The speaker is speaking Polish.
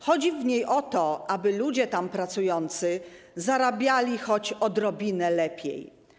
Chodzi w niej o to, aby ludzie tam pracujący zarabiali choć odrobinę lepiej.